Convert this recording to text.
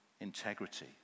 integrity